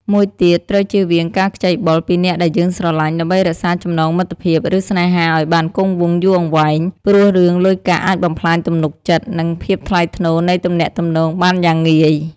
មួយទៀតត្រូវជៀសវាងការខ្ចីបុលពីអ្នកដែលយើងស្រឡាញ់ ដើម្បីរក្សាចំណងមិត្តភាព ឬស្នេហាឲ្យបានគង់វង្សយូរអង្វែង ព្រោះរឿងលុយកាក់អាចបំផ្លាញទំនុកចិត្ត និងភាពថ្លៃថ្នូរនៃទំនាក់ទំនងបានយ៉ាងងាយ។